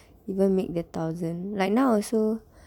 even make their thousand like now also